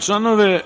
članove